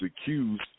accused